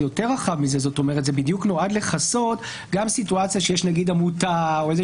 זה יותר רחב מזה כי זה נועד לכסות גם סיטואציה שיש עמותה או איזה